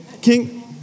King